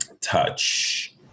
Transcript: touch